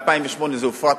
ב-2008 זה הופרט,